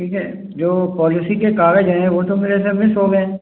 ठीक है जो पौलिसी के कागज़ हैं वो तो मेरे से मिस हो गए